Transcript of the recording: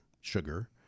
sugar